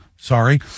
Sorry